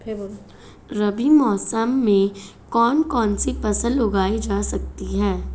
रबी मौसम में कौन कौनसी फसल उगाई जा सकती है?